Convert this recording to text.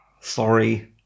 Sorry